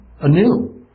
anew